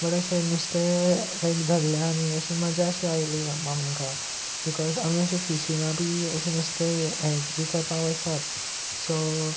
but अशें नुस्तें लायक धरलें आमी अशी मजा शी आयली आमकां बिकॉज आमी अशे फिशींगा बी अशें नुस्तें हेक बी करपाक वचप सो